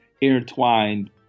intertwined